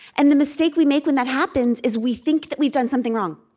and the mistake we make when that happens is we think that we've done something wrong.